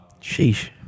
sheesh